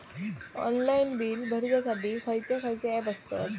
Online bill भरुच्यासाठी खयचे खयचे ऍप आसत?